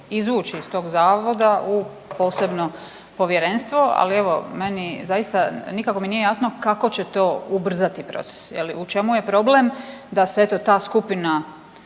izvući iz tog zavoda u posebno povjerenstvo. Ali evo meni zaista nikako nije jasno kako će to ubrzati proces? U čemu je problem da se eto ta skupina